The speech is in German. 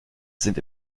sind